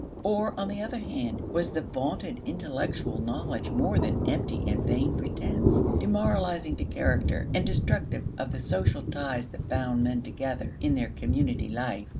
or, on the other hand was the vaunted intellectual knowledge more than empty and vain pretense, demoralizing to character and destructive of the social ties that bound men together in their community life?